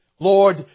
Lord